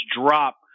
drop